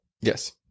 Yes